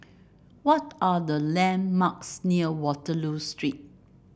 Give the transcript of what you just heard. what are the landmarks near Waterloo Street